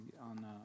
on